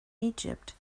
egypt